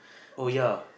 oh ya